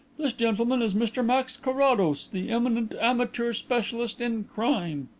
this gentleman is mr max carrados, the eminent amateur specialist in crime.